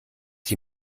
die